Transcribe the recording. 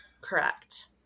Correct